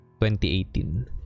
2018